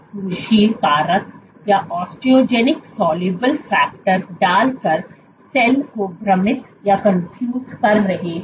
और आप ओस्टोजेनिक घुलनशील कारक डालकर सेल को भ्रमित कर रहे हैं